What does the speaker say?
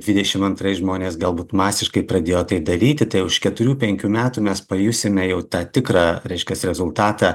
dvidešim antrais žmonės galbūt masiškai pradėjo tai daryti tai už keturių penkių metų mes pajusime jau tą tikrą reiškias rezultatą